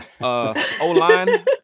O-line